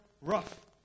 rough